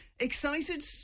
Excited